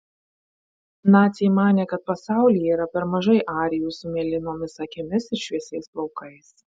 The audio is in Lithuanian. naciai manė kad pasaulyje yra per mažai arijų su mėlynomis akimis ir šviesiais plaukais